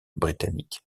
britanniques